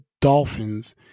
Dolphins